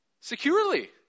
securely